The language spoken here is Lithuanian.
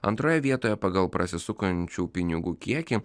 antroje vietoje pagal prasisukančių pinigų kiekį